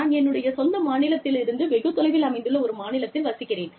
நான் என்னுடைய சொந்த மாநிலத்திலிருந்து வெகு தொலைவில் அமைந்துள்ள ஒரு மாநிலத்தில் வசிக்கிறேன்